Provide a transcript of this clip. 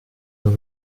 nur